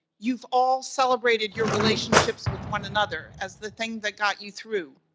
you've all celebrated your relationships with one another, as the things that got you through,